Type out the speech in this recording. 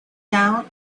down